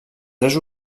tres